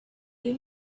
you